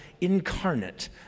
incarnate